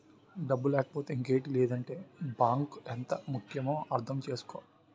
డబ్బు లేకపోతే ఇంకేటి లేదంటే బాంకు ఎంత ముక్యమో అర్థం చేసుకో